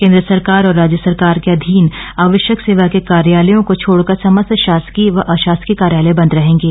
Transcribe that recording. केन्द्र सरकार और राज्य सरकार के अधीन आवश्यक सेवा के कार्यालयों को छोड़कर समस्त शासकीय व अशासकीय कार्यालय बंद रहेंगे